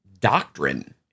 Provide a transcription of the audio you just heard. doctrine